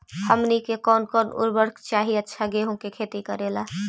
हमनी के कौन कौन उर्वरक चाही अच्छा गेंहू के खेती करेला?